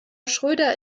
schröder